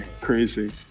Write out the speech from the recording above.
crazy